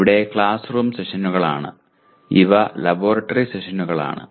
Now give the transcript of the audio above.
ഇവ classroom സെഷനുകളാണ് ഇവ ലബോറട്ടറി സെഷനുകളാണ്